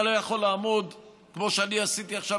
אתה לא יכול לעמוד כמו שאני עשיתי עכשיו